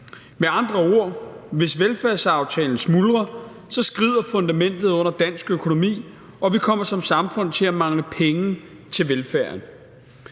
Med andre ord: Hvis velfærdsaftalen smuldrer, skrider fundamentet under dansk økonomi, og vi kommer som samfund til at mangle penge til velfærden.